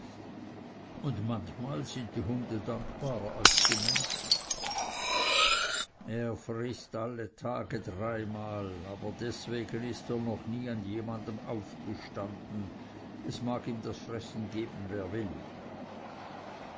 und manchmal sind die hunde dankbarer als die menschen er frißt alle tage dreimal aber deswegen ist er noch nie an jemanden aufgestanden es mag ihm das fressen geben wer will